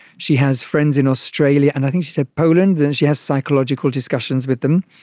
she has friends in australia and i think she said poland, and she has psychological discussions with them.